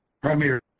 Premier